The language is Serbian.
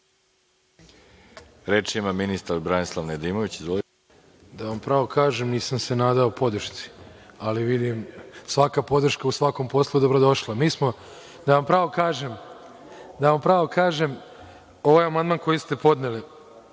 Reč ima ministar Branislav Nedimović. **Branislav Nedimović** Da vam pravo kažem, nisam se nadao podršci, ali svaka podrška u svakom poslu je dobrodošla. Da vam pravo kažem, ovaj amandman koji ste podneli,